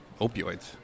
opioids